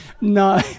No